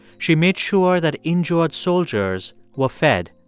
she made sure that injured soldiers were fed.